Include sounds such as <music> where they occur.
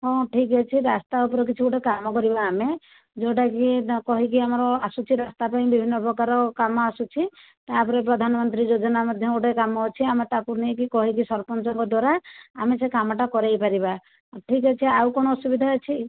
ହଁ ଠିକ ଅଛି ରାସ୍ତା ଉପରେ କିଛି ଗୋଟିଏ କାମ କରିବା ଆମେ ଯେଉଁଟା କି <unintelligible> ଆମର ଆସୁଛି ରାସ୍ତାପାଇଁ ବିଭିନ୍ନ ପ୍ରକାରର କାମ ଆସୁଛି ତା'ପରେ ପ୍ରଧାନ ମନ୍ତ୍ରୀ ଯୋଜନା ମଧ୍ୟ ଗୋଟିଏ କାମ ଅଛି ଆମେ ତାକୁ ନେଇକି କହିକି ସରପଞ୍ଚଙ୍କ ଦ୍ୱାରା ଆମେ ସେ କାମଟା କରାଇପାରବା ଠିକ ଅଛି ଆଉ କଣ ଅସୁବିଧା ଅଛି